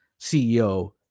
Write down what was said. ceo